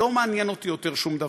לא מעניין אותי יותר שום דבר.